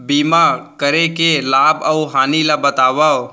बीमा करे के लाभ अऊ हानि ला बतावव